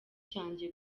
cyanjye